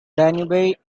danube